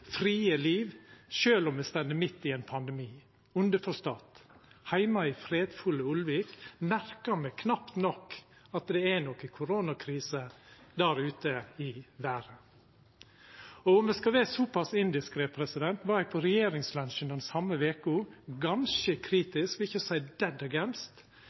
frie liv, sjølv om me står midt i ein pandemi.» Underforstått: Heime i fredfulle Ulvik merkar me knapt nok at det er noka koronakrise der ute i verda. Og om eg skal vera så pass indiskret, var eg på regjeringslunsjen den same veka ganske kritisk til, for ikkje å